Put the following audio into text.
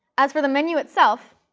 as for the menu itself,